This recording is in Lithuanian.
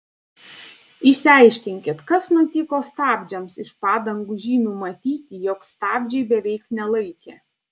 išsiaiškinkit kas nutiko stabdžiams iš padangų žymių matyti jog stabdžiai beveik nelaikė